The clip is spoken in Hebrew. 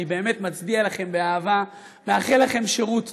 אני באמת מצדיע לכן באהבה, מאחל לכן שירות טוב.